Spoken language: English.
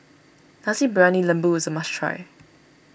Nasi Briyani Lembu is a must try